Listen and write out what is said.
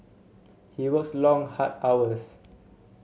he works long hard hours